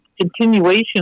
continuation